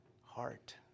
heart